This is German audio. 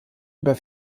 über